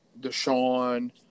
Deshaun